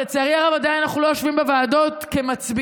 ולצערי הרב אנחנו עדיין לא יושבים בוועדות כמצביעים.